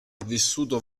vissuto